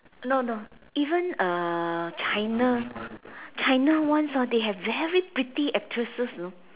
no no even uh China China ones hor they have very pretty actresses you know